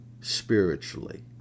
spiritually